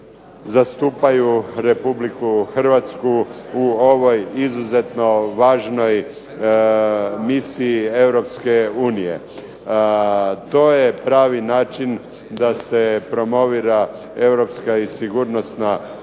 zastupaju RH u ovoj izuzetno važnoj misiji EU. To je pravi način da se promovira europska i sigurnosna obrambena